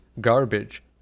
garbage